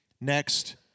Next